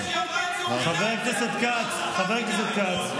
הוא גינה, חבר הכנסת כץ, חבר הכנסת כץ.